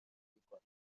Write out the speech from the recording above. میکنم